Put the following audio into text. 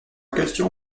question